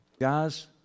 Guys